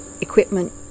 equipment